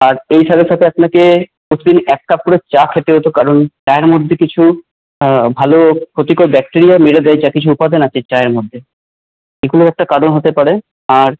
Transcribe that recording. আর এই সাথে সাথে আপনাকে প্রতিদিন এক কাপ করে চা খেতে হতো কারণ চায়ের মধ্যে কিছু ভাল ক্ষতিকর ব্যাকটেরিয়া মেরে দেয় যা কিছু উপাদান আছে চায়ের মধ্যে এগুলো একটা কারণ হতে পারে আর